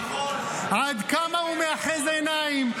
עד כמה הוא מאחז עיניים.